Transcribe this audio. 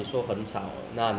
我是 join adventure club lah